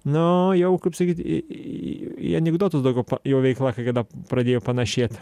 nu jau kaip sakyt į į anekdotus daugiau jo veikla kai kada pradėjo panašėt